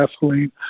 gasoline